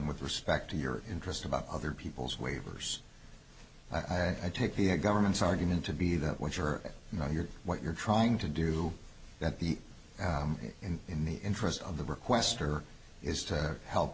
with respect to your interest about other people's waivers i take the government's argument to be that what you're not you're what you're trying to do that the and in the interest of the requester is to help